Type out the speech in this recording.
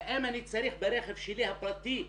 האם אני צריך ברכב שלי הפרטי האישי,